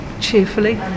cheerfully